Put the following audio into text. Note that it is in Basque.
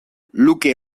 luke